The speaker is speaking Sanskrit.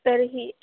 तर्हि